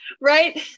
Right